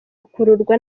ukururwa